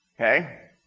Okay